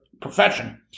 profession